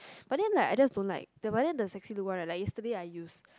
but then like I just don't like but then the Sexylook one right like yesterday I use